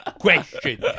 question